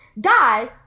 Guys